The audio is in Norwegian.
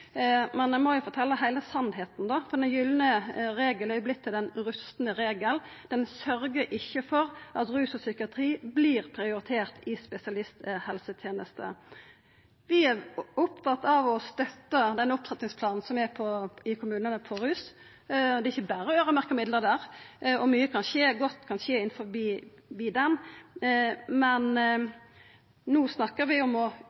må ein fortelja heile sanninga, for den gylne regel er vorten «den rustne regel», han sørgjer ikkje for at rus og psykiatri vert prioriterte i spesialisthelsetenesta. Vi er opptatt av å støtta opptrappingsplanen for rus i kommunane. Det er ikkje berre øyremerkte midlar der, og mykje godt kan skje innanfor den planen, men no snakkar vi om å